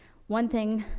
one thing,